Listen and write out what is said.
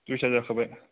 दुइता जाखाबाय